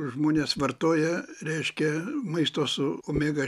žmonės vartoja reiškia maisto su omega